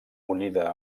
unida